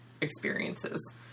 experiences